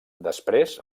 després